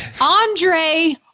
andre